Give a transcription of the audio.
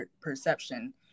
perception